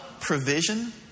provision